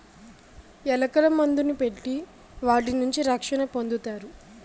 ఎలకల మందుని పెట్టి వాటి నుంచి రక్షణ పొందుతారు